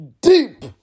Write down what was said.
deep